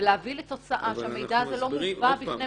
ולהביא לתוצאה שהמידע הזה לא מובא בפני מקבלי ההחלטות.